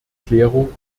klärung